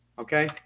okay